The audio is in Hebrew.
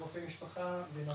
אני רופא משפחה ונרקולוג,